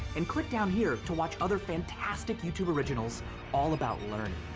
and click down here to watch other fantastic youtube originals all about learning.